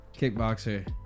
kickboxer